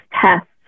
tests